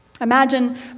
Imagine